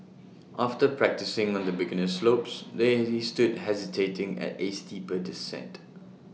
after practising on the beginner slopes they stood hesitating at A steeper descent